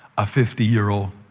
a fifty year old,